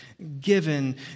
Given